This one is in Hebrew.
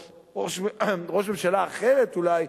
או ראש ממשלה אחרת אולי,